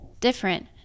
Different